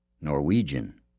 Norwegian